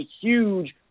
huge